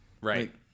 Right